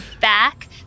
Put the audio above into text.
back